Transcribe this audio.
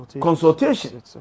consultation